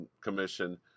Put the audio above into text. commission